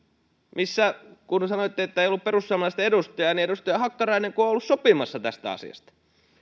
missä kun te sanoitte että ei ollut perussuomalaisten edustajaa edustaja hakkarainen on ollut sopimassa tästä asiasta kun